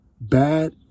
bad